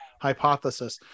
hypothesis